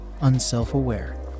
unself-aware